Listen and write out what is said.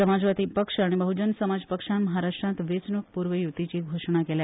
समाजवादी पक्ष आनी बहजन समाज पक्षान महाराष्ट्रात वेचणूक प्र्व यूतीची घोषणा केल्या